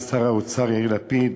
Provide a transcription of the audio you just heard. ושר האוצר יאיר לפיד